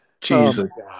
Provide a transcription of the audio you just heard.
Jesus